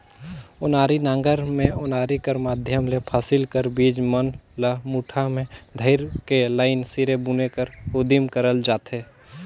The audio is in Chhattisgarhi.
ओनारी नांगर मे ओनारी कर माध्यम ले फसिल कर बीज मन ल मुठा मे धइर के लाईन सिरे बुने कर उदिम करल जाथे